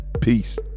Peace